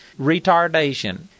retardation